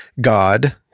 God